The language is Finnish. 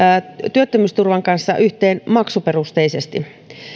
työttömyysturvan kanssa yhteen maksuperusteisesti